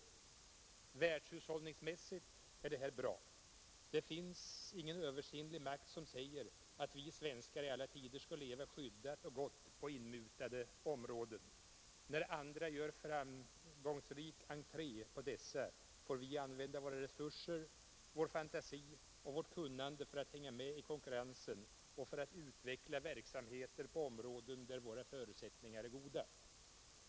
Världshushållningsmässigt är det här bra. Det finns ingen översinnlig makt som säger att vi svenskar i alla tider skall leva skyddat och gott på inmutade områden. När andra gör framgångsrik entré på dessa får vi använda våra resurser, vår fantasi och vårt kunnande för att hänga med i konkurrensen och för att utveckla verksamheter på andra områden där våra förutsättningar är goda.